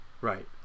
Right